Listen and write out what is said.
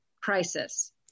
crisis